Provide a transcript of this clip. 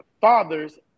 fathers